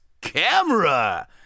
camera